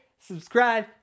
subscribe